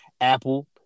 Apple